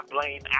blame